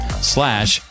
slash